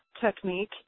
technique